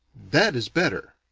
that is better!